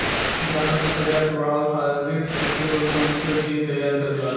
जानवर के प्रजाति के बढ़ावे खारित कृत्रिम रूप से उनकर जीन तैयार करल जाला